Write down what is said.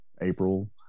April